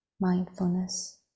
mindfulness